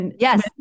Yes